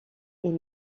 est